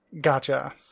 Gotcha